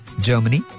Germany